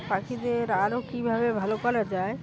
পাখিদের আরও কীভাবে ভালো করা যায়